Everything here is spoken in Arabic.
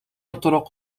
الطرق